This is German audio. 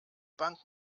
bank